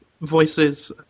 voices